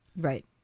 Right